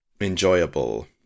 enjoyable